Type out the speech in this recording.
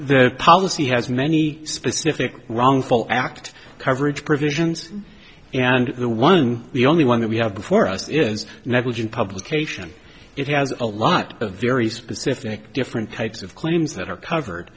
the policy has many specific wrongful act coverage provisions and the one the only one that we have before us is negligent publication it has a lot of very specific different types of claims that are covered